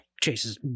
chases